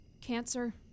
cancer